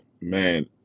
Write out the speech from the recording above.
man